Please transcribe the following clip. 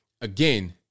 Again